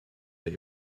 they